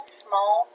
small